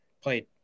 played